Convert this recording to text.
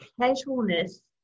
casualness